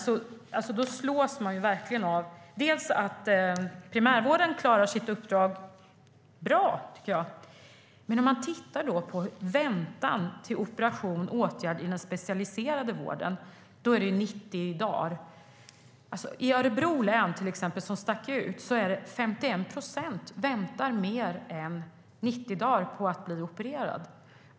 Man slås verkligen av att primärvården klarar sitt uppdrag bra, men väntetiden till operation och åtgärd i den specialiserade vården ska vara 90 dagar. I Örebro län, som sticker ut, väntar 51 procent av patienterna mer än 90 dagar på att bli opererade.